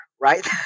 right